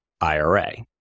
IRA